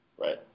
right